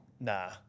nah